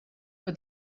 for